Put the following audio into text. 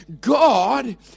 God